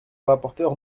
rapporteur